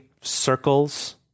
circles